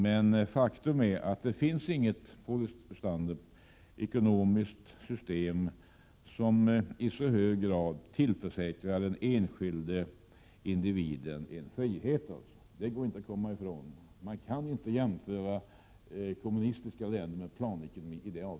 Men faktum är, Paul Lestander, att det inte finns något ekonomiskt system som i så hög grad tillförsäkrar den enskilde individen frihet som marknadsekonomin. Det går inte att komma ifrån. Det går inte att göra jämförelser i detta avseende med kommunistiska länder där man har planekonomi.